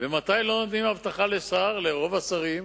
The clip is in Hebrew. ומתי לא נותנים אבטחה לשר, לרוב השרים?